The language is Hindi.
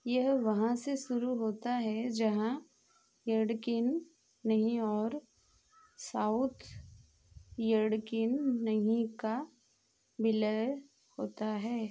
यह वहाँ से शुरू होता है जहाँ यडकिन नहीं और साउथ यड़किन नही का विलय होता है